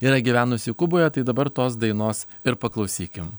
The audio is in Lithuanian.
yra gyvenusi kuboje tai dabar tos dainos ir paklausykim